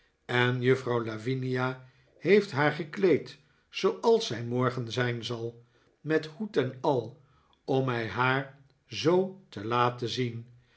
en juffrouw lavinia heeft haar gekleed zooals zij morgen zijn zal met hoed en al om mij haar zoo te laten zien